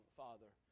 father